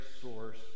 source